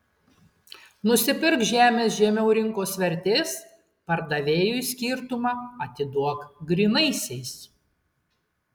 nusipirk žemės žemiau rinkos vertės pardavėjui skirtumą atiduok grynaisiais